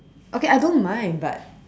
okay I don't mind but